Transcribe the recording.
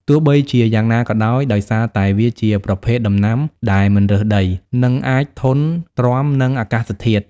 ទោះបីជាយ៉ាងណាក៏ដោយ ដោយសារតែវាជាប្រភេទដំណាំដែលមិនរើសដី និងអាចធន់ទ្រាំនឹងអាកាសធាតុ ។